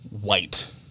white